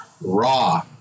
Raw